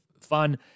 fun